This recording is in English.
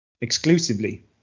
exclusively